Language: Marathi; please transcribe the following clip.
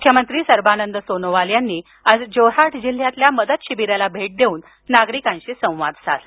मुख्यमंत्री सर्बानंद सोनोवाल यांनी आज जोरहाट जिल्ह्यातील्या मदत शिबिराला भेट देऊन नागरिकांशी संवाद साधला